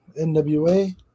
NWA